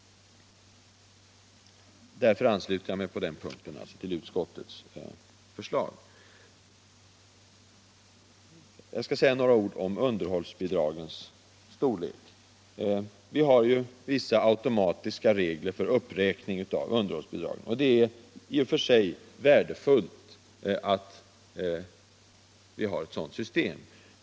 Därför ansluter jag mig på den punkten till utskottets förslag. Jag skall säga några ord om underhållsbidragens storlek. Vi har vissa automatiska regler för uppräkning av underhållsbidragen. Det är i och för sig värdefullt med ett sådant system.